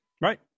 right